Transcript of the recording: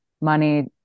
money